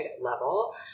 level